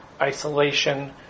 isolation